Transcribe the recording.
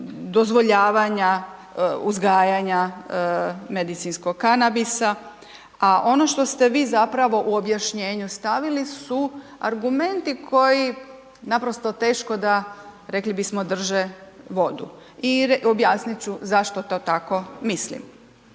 dozvoljavanja uzgajanja medicinskog kanabisa, a ono što ste vi zapravo u objašnjenju stavili su argumenti koji naprosto teško da, rekli bismo drže vodu. I objasnit ću zašto to tako mislim.